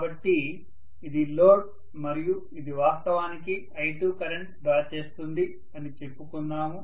కాబట్టి ఇది లోడ్ మరియు ఇది వాస్తవానికి I2 కరెంట్ తీసుకుంటుంది అని చెప్పుకుందాము